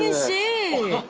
see